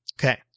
Okay